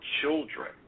children